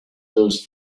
those